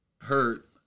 hurt